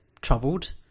troubled